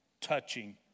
touching